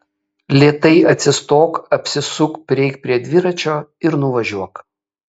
lėtai atsistok apsisuk prieik prie dviračio ir nuvažiuok